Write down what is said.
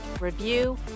review